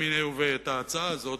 מיניה וביה, את ההצעה הזאת,